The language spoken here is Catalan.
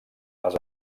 les